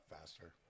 faster